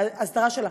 וההסדרה שלה,